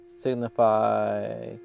signify